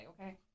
Okay